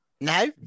No